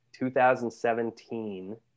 2017